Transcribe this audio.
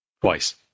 Twice